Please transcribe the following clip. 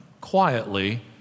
quietly